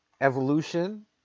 evolution